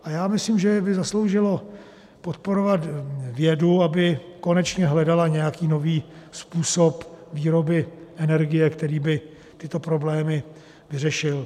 A já myslím, že by zasloužilo podporovat vědu, aby konečně hledala nějaký nový způsob výroby energie, který by tyto problémy vyřešil.